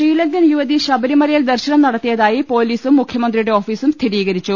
ശ്രീലങ്കൻ യുവതി ശബരിമലയിൽ ദർശനം നടത്തിയതായി പൊലീസും മുഖ്യമന്ത്രിയുടെ ഓഫീസും സ്ഥിരീകരിച്ചു